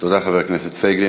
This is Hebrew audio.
תודה, חבר הכנסת פייגלין.